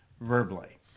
verbally